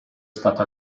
stata